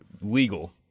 legal